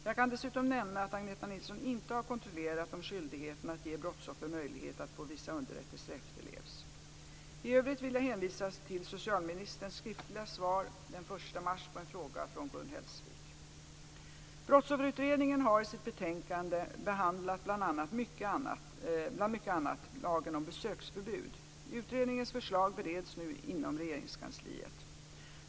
Jag kan dessutom nämna att Agneta Nilsson inte har kontrollerat om skyldigheten att ge brottsoffer möjlighet att få vissa underrättelser efterlevs. I övrigt vill jag hänvisa till socialministerns skriftliga svar den 1 mars på en fråga från Gun Hellsvik . 1998:40) behandlat, bland mycket annat, lagen om besöksförbud. Utredningens förslag bereds nu inom Regeringskansliet.